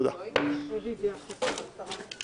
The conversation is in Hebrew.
אנחנו דנים על רביזיה שהגיש חבר הכנסת קרעי.